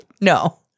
no